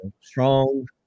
strong